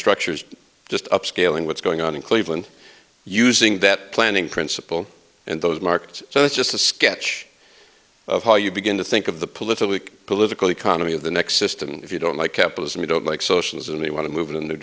structures just upscaling what's going on in cleveland using that planning principle in those markets so it's just a sketch of how you begin to think of the political and political economy of the next system if you don't like capitalism you don't like socialism they want to move in a new